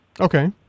Okay